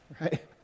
right